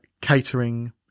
catering